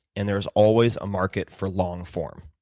and there is always a market for long form.